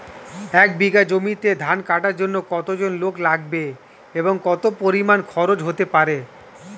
এক বিঘা জমিতে ধান কাটার জন্য কতজন লোক লাগবে এবং কত পরিমান খরচ হতে পারে?